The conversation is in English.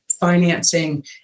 financing